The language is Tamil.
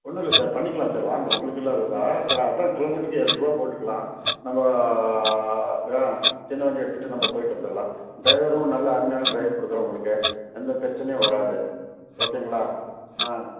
ஒன்றும் இல்லை சார் பண்ணிக்கலாம் சார் வாங்க உங்களுக்கு இல்லாததா அதுதான் கிலோமீட்டருக்கு ஏழு ருபா போட்டுக்கலாம் நம்ம ஆ சின்ன வண்டி எடுத்துட்டு நம்ம போயிட்டு வந்துடலாம் டிரைவரும் நல்ல அருமையான டிரைவர் கொடுக்குறேன் உங்களுக்கு எந்த பிரச்சனையும் வராது ஓகேங்களா ஆ